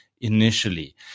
initially